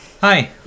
Hi